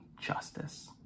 justice